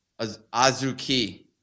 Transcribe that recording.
Azuki